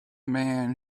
man